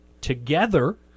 together